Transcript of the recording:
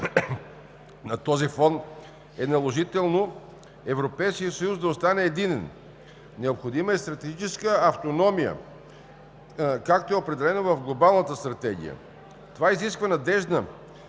На този фон е наложително Европейският съюз да остане единен. Необходима е стратегическа автономия, както е определена в Глобалната стратегия. Това изисква надеждна,